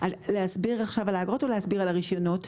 להסביר על האגרות או להסביר על הרישיונות?